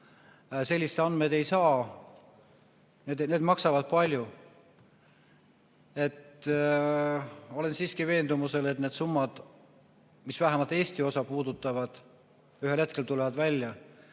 Selliseid andmeid ei saa, need maksavad palju. Olen siiski veendumusel, et need summad, vähemalt need, mis Eesti osa puudutavad, ühel hetkel tulevad välja.